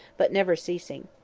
but never ceasing.